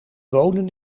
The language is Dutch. wonen